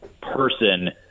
person